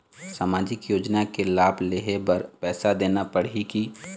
सामाजिक योजना के लाभ लेहे बर पैसा देना पड़ही की?